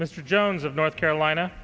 mr jones of north carolina